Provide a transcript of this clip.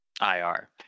IR